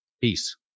Peace